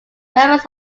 members